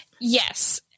Yes